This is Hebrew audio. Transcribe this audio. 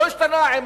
הוא לא השתנה עם